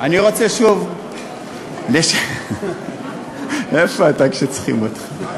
אני רוצה שוב, איפה אתה כשצריכים אותך?